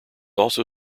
also